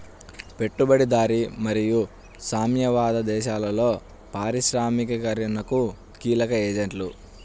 పెట్టుబడిదారీ మరియు సామ్యవాద దేశాలలో పారిశ్రామికీకరణకు కీలక ఏజెంట్లు